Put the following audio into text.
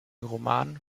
roman